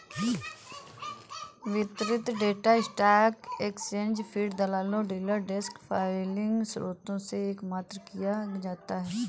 वितरित data stock exchange feed, दलालों, dealer desk filing स्रोतों से एकत्र किया जाता है